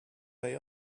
pay